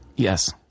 Yes